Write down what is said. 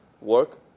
Work